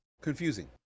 Confusing